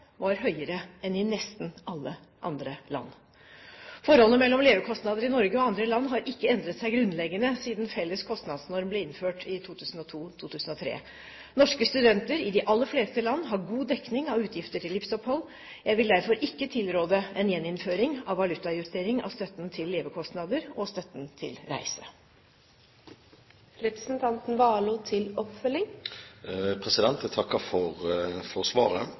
var høyere enn i nesten alle andre land. Forholdet mellom levekostnader i Norge og andre land har ikke endret seg grunnleggende siden felles kostnadsnorm ble innført i 2002–2003. Norske studenter i de aller fleste land har god dekning av utgifter til livsopphold. Jeg vil derfor ikke tilråde en gjeninnføring av valutajustering av støtten til levekostnader og støtten til